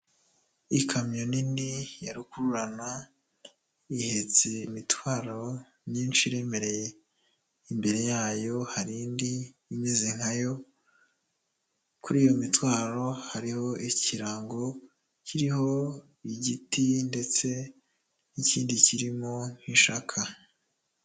Ikamyo nini ya rukururana ihetse imitwaro myinshi iremereye imbere yayo hari indi imeze nka yo, kuri iyo mitwaro hariho ikirango kiriho igiti ndetse n'ikindi kirimo ishaka.